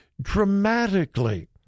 dramatically